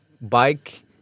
bike